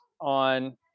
on